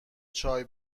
چای